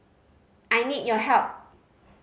I need your help